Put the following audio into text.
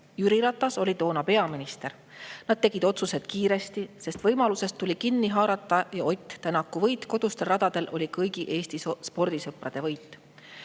Jüri Ratas oli toona peaminister. Nad tegid otsused kiiresti, sest võimalusest tuli kinni haarata. Ott Tänaku võit kodustel radadel oli kõigi Eesti spordisõprade võit.